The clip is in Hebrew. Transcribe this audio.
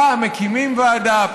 פעם מקימים ועדה,